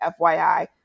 FYI